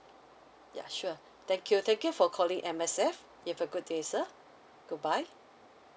ya sure thank you thank you for calling M_S_F you have a good day sir goodbye